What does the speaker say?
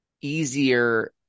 easier